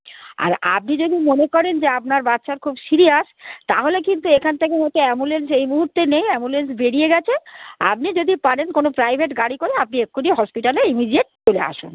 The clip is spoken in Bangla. আর আপনি যদি মনে করেন যে আপনার বাচ্চা খুব সিরিয়াস তাহলে কিন্তু এখান থেকে হয়তো অ্যাম্বুলেন্স এই মুহুর্তে নেই অ্যাম্বুলেন্স বেরিয়ে গেছে আপনি যদি পারেন কোনো প্রাইভেট গাড়ি করে আপনি এক্ষুনি হসপিটালে ইমিডিয়েট চলে আসুন